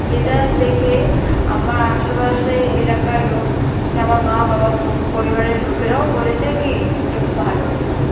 যেটা দেখে আমার আশেপাশে এলাকার লোক সে আমার মা বাবা পরিবারের লোকেরাও বলেছে কি যে খুব ভালো হয়েছে